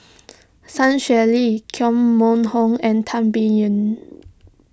Sun Xueling Koh Mun Hong and Tan Biyun